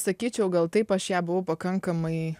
sakyčiau gal taip aš ją buvau pakankamai